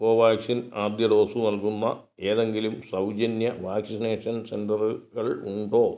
കോവാക്സിൻ ആദ്യ ഡോസ് നൽകുന്ന ഏതെങ്കിലും സൗജന്യ വാക്സിനേഷൻ സെൻററുകൾ ഉണ്ടോ